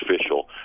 official